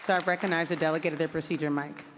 sort of recognize the delegate at the procedure mic.